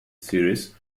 series